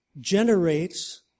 generates